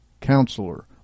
Counselor